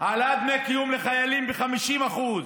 העלאת דמי קיום ב-50% לחיילים,